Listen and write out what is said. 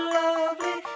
lovely